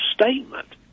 statement